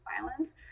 violence